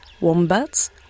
wombats